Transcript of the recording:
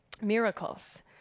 miracles